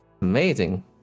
Amazing